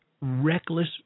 reckless